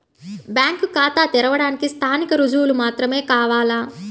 Bank ఖాతా తెరవడానికి స్థానిక రుజువులు మాత్రమే కావాలా?